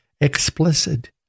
explicit